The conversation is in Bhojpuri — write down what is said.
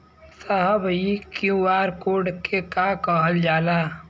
साहब इ क्यू.आर कोड के के कहल जाला?